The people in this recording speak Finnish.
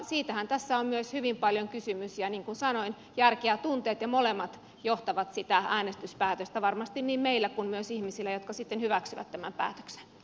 siitähän tässä on myös hyvin paljon kysymys ja niin kuin sanoin järki ja tunteet molemmat johtavat sitä äänestyspäätöstä varmasti niin meillä kuin myös ihmisillä jotka sitten hyväksyvät tämän päätöksen